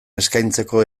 eskaintzeko